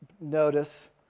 notice